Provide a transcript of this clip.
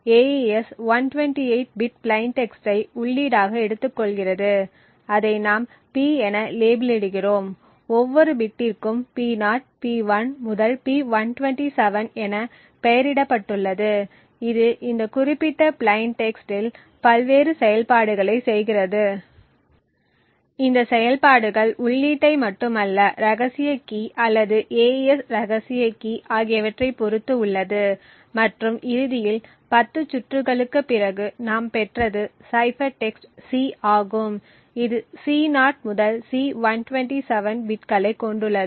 AES 128 bit plain டெக்ஸ்டை உள்ளீடாக எடுத்துக்கொள்கிறது அதை நாம் P என லேபிளிடுகிறோம் ஒவ்வொரு பிட்டிற்கும் P0 P1 முதல் P127 என பெயரிடப்பட்டுள்ளது இது இந்த குறிப்பிட்ட பிளைன் டெக்ஸ்ட் இல் பல்வேறு செயல்பாடுகளை செய்கிறது இந்த செயல்பாடுகள் உள்ளீட்டை மட்டுமல்ல ரகசிய கீ அல்லது AES ரகசிய கீ ஆகியவற்றை பொறுத்து உள்ளது மற்றும் இறுதியில் 10 சுற்றுகளுக்குப் பிறகு நாம் பெற்றது சைபர் டெக்ஸ்ட் C ஆகும் இது C0 முதல் C127 பிட்களைக் கொண்டுள்ளது